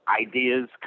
ideas